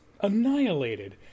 annihilated